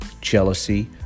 jealousy